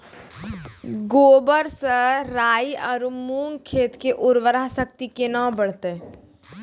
गोबर से राई आरु मूंग खेत के उर्वरा शक्ति केना बढते?